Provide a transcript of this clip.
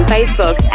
Facebook